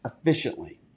efficiently